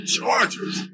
Chargers